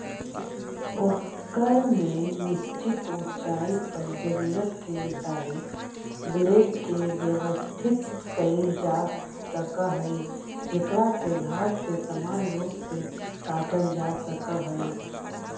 ओकर में निश्चित ऊँचाई पर जरूरत के मुताबिक ब्लेड के व्यवस्थित कईल जासक हई जेकरा से घास के समान रूप से काटल जा सक हई